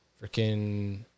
freaking